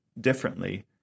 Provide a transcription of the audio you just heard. differently